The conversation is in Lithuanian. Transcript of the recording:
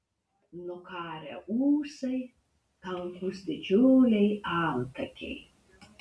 nukarę ūsai tankūs didžiuliai antakiai